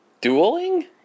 Dueling